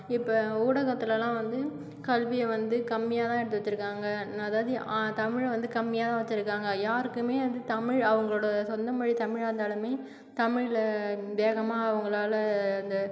இப்போ ஊடகத்திலலாம் வந்து கல்வியை வந்து கம்மியாகதான் எடுத்து வச்சுருக்காங்க அதாவது தமிழ வந்து கம்மியாக வச்சுருக்காங்க யாருக்கும் வந்து தமிழ் அவங்களோட சொந்த மொழி தமிழாக இருந்தாலும் தமிழில் வேகமாக அவங்களால அந்த